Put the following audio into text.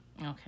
Okay